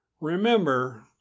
Remember